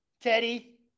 Teddy